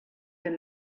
dem